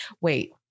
wait